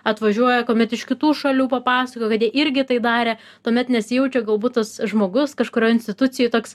atvažiuoja kuomet iš kitų šalių papasakoja kad jie irgi tai darė tuomet nesijaučia galbūt tas žmogus kažkurio institucijų toks